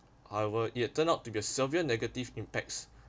hoever it had turned out to be a severe negative impacts